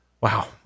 Wow